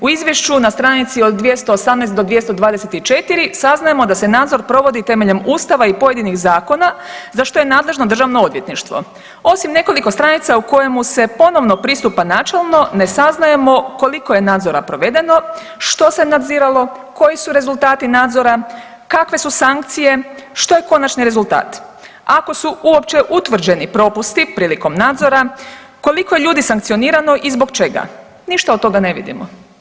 U izvješću na str. od 218 do 224 saznajemo da se nadzor provodi temeljem Ustava i pojedinih zakona za što je nadležno državno odvjetništvo osim nekoliko stranica u kojemu se ponovno pristupa načelno ne saznajemo koliko je nadzora provedeno, što se nadziralo, koji su rezultati nadzora, kakve su sankcije, što je konačni rezultat ako su uopće utvrđeni propusti prilikom nadzora koliko je ljudi sankcionirano i zbog čega, ništa od toga ne vidimo.